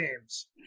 games